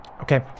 Okay